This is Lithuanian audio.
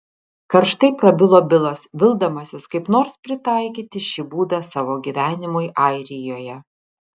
karštai prabilo bilas vildamasis kaip nors pritaikyti šį būdą savo gyvenimui airijoje